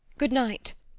good night.